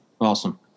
Awesome